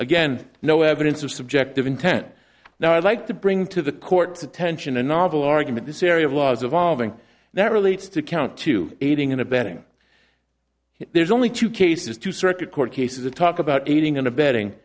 again no evidence of subjective intent now i'd like to bring to the court's attention a novel argument this area of laws evolving that relates to count two aiding and abetting if there's only two cases to circuit court cases the talk about aiding and abetting